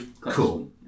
Cool